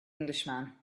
englishman